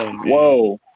ah whoa.